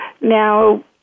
now